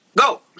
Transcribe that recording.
Go